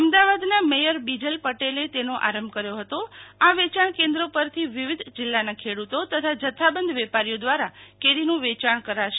અમદાવાદના મેયર બીજલ પટેલે તેનો આરંભ કર્યો હતો આ વેચાણ કેન્દ્ર પરથી વિવિધ જિલ્લાના ખેડૂતો તથા જથ્થાબંધ વેપારીઓ દ્વારા કેરીનું વેચાણ કરાશે